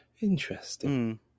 interesting